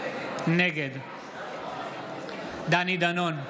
נגד דני דנון,